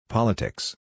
Politics